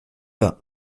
vas